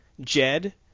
Jed